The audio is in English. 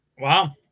Wow